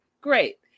Great